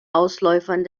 ausläufern